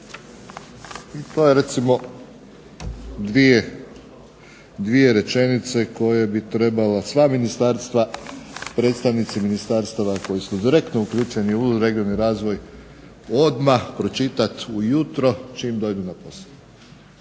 To je recimo dvije rečenice koje bi trebala sva Ministarstva, predstavnici ministarstava koji su direktno uključeni u regionalni razvoj odmah pročitati ujutro čim dođu na posao.